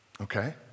Okay